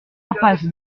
impasse